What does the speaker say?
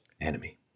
enemy